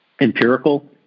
empirical